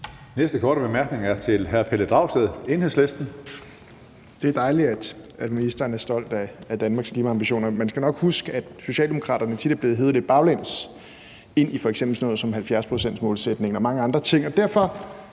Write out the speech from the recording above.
næste korte bemærkning er til hr. Pelle Dragsted, Enhedslisten. Kl. 15:23 Pelle Dragsted (EL): Det er dejligt, at ministeren er stolt af Danmarks klimaambitioner. Man skal nok huske, at Socialdemokraterne tit er blevet hevet lidt baglæns ind i f.eks. sådan noget som 70-procentsmålsætningen og mange andre ting,